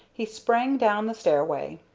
he sprang down the stairway.